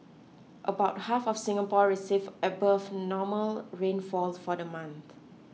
about half of Singapore received above normal rainfall for the month